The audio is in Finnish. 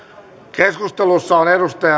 keskustelussa on